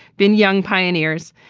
been young pioneers.